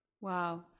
Wow